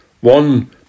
One